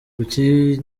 kuki